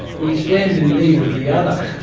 we stand in need of the other,